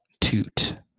toot